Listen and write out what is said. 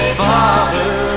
father